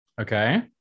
Okay